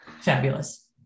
Fabulous